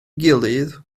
gilydd